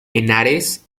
henares